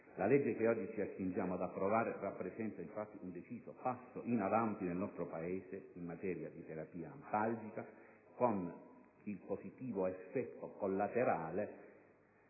La legge che oggi ci accingiamo ad approvare rappresenta infatti un deciso passo in avanti del nostro Paese in materia di terapia antalgica, con il positivo effetto collaterale